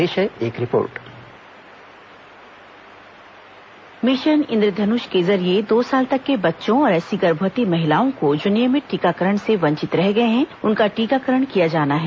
पेश है एक report voice over mission Indradhanush के जरिये दो साल तक के बच्चों और ऐसी गर्भवती महिलाओं को जो नियमित टीकाकरण से वंचित रह गए हैं उनका टीकाकरण किया जाना है